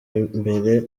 imbere